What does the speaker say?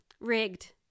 rigged